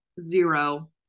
zero